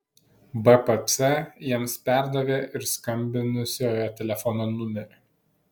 bpc jiems perdavė ir skambinusiojo telefono numerį